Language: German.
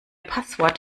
passwort